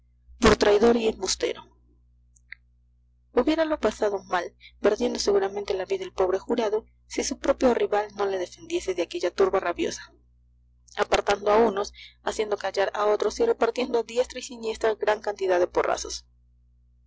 por traidor y embustero hubiéralo pasado muy mal perdiendo seguramente la vida el pobre jurado si su propio rival no le defendiese de aquella turba rabiosa apartando a unos haciendo callar a otros y repartiendo a diestra y siniestra gran cantidad de porrazos